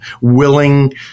willing